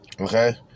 Okay